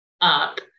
up